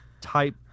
type